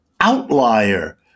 outlier